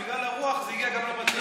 בגלל הרוח זה הגיע גם לבתים.